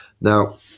now